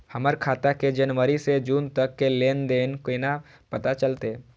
हमर खाता के जनवरी से जून तक के लेन देन केना पता चलते?